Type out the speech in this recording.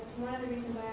one of the reasons